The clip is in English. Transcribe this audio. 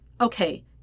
Okay